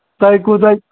تۄہہِ کوٗتاہ